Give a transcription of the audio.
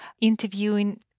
interviewing